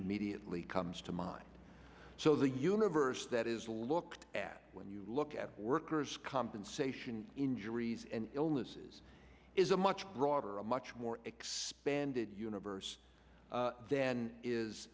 immediately comes to mind so the universe that is looked at when you look at workers compensation injuries and illnesses is a much broader a much more expanded universe than is